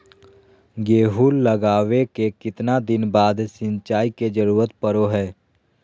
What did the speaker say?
गेहूं लगावे के कितना दिन बाद सिंचाई के जरूरत पड़ो है?